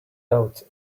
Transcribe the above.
out